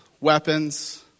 weapons